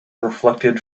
reflected